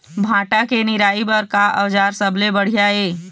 भांटा के निराई बर का औजार सबले बढ़िया ये?